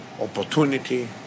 opportunity